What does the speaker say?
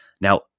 Now